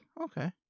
Okay